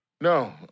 No